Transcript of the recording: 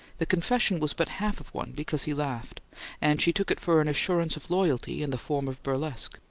the confession was but half of one because he laughed and she took it for an assurance of loyalty in the form of burlesque.